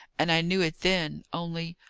and i knew it then only,